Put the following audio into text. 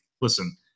listen